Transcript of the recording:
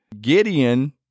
Gideon